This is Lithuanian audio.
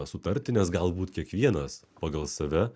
sutarti nes galbūt kiekvienas pagal save